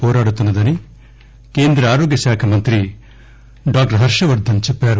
వోరాడుతున్న దని కేంద్ర ఆరోగ్య శాఖ మంత్రి డాక్టర్ హర్వవర్దన్ చెప్పారు